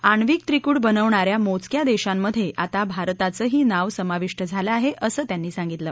अण्विक त्रिकूट बनवणा या मोजक्या देशांमध्ये आता भारताचंही नाव समाविष्ट झालं आहे असं त्यांनी सांगितलं